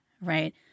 right